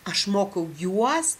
aš mokau juos